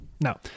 Now